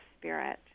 spirit